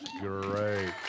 great